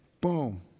boom